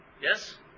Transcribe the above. yes